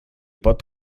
pot